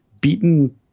beaten